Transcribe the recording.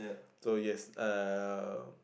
so yes uh